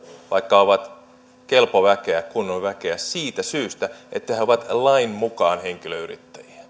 vaikka ovat kelpoväkeä kunnon väkeä vain ja ainoastaan siitä syystä että he ovat lain mukaan henkilöyrittäjiä heistä